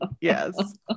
Yes